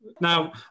now